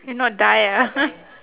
if not die ah